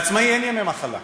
לעצמאי אין ימי מחלה,